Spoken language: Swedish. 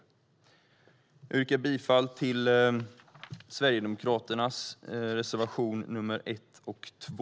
Jag yrkar bifall till Sverigedemokraternas reservationer nr 1 och 2.